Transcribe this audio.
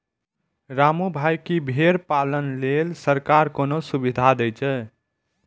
रामू भाइ, की भेड़ पालन लेल सरकार कोनो सुविधा दै छै?